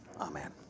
Amen